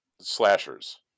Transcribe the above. slashers